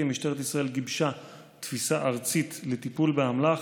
משטרת ישראל גיבשה תפיסה ארצית לטיפול באמל"ח,